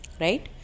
right